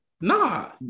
nah